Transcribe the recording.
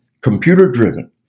computer-driven